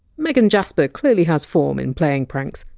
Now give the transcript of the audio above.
megan jasper clearly has form in playing pranks,